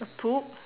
a poop